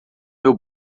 meu